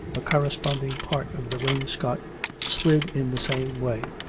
a corresponding part of the wainscot slid in the same way,